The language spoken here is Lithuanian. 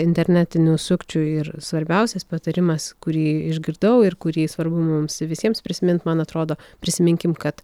internetinių sukčių ir svarbiausias patarimas kurį išgirdau ir kurį svarbu mums visiems prisimint man atrodo prisiminkim kad